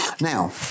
Now